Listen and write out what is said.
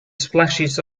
splashes